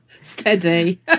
steady